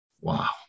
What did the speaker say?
Wow